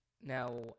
now